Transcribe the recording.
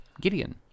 Gideon